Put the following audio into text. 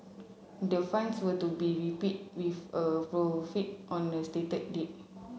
the funds were to be repeat with a profit on a stated date